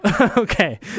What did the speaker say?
Okay